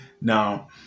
now